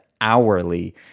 hourly